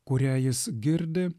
kurią jis girdi